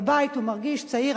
בבית הוא מרגיש צעיר,